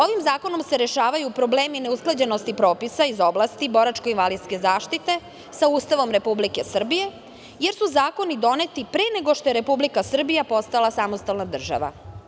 Ovim zakonom se rešavaju problemi neusklađenosti propisa iz oblasti boračko-invalidske zaštite sa Ustavom Republike Srbije, jer su zakoni doneti pre nego što je Republika Srbija postala samostalna država.